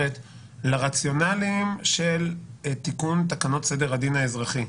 לרציונליים של תיקון סדר הדין האזרחי,